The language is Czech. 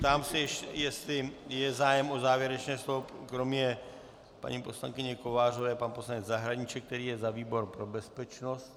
Ptám se, jestli je zájem o závěrečné slovo kromě paní poslankyně Kovářové pan poslanec Zahradníček, který je za výbor pro bezpečnost.